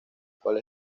cual